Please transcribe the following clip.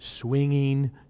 swinging